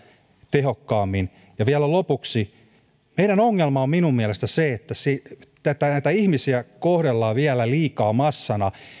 tehokkaammin vielä lopuksi meidän ongelma on minun mielestäni se että näitä ihmisiä kohdellaan vielä liikaa massana